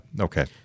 okay